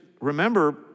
remember